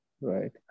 Right